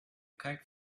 kite